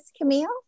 Camille